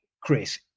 Chris